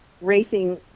racing